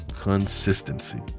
consistency